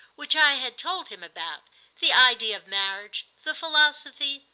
which i had told him about the idea of marriage, the philosophy,